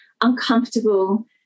uncomfortable